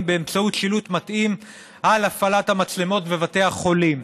באמצעות שילוט מתאים על הפעלת המצלמות בבתי החולים.